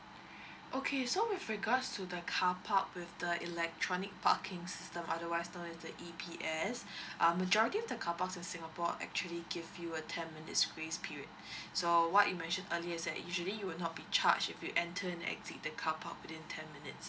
okay so with regards to the carpark with the electronic parking system otherwise knows as the E_P_S um majority of the carparks in singapore actually give you a ten minutes grace period so what you mention earlier is that usually you will not be charged if you enter and exit the carpark within ten minute